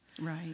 Right